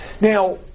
Now